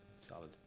Solid